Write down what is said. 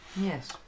Yes